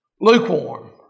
Lukewarm